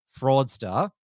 fraudster